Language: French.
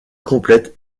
complète